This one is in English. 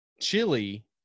chili